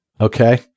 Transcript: Okay